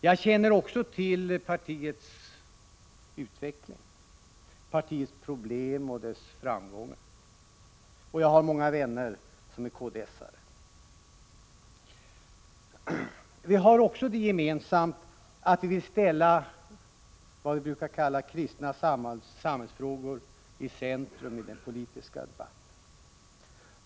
Jag känner också till partiets utveckling, dess problem och framgångar. Jag har många vänner som är kds-are. Vi har också det gemensamt att vi vill ställa vad vi brukar kalla kristna samhällsfrågor i centrum i den politiska debatten.